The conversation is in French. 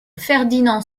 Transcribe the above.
ferdinand